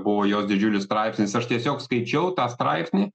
buvo jos didžiulis straipsnis aš tiesiog skaičiau tą straipsnį